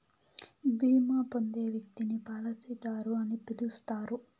బీమా పొందే వ్యక్తిని పాలసీదారు అని పిలుస్తారు